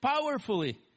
powerfully